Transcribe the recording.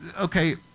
okay